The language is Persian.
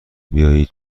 بیایی